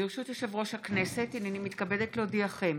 ברשות יושב-ראש הכנסת, הינני מתכבדת להודיעכם,